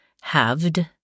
halved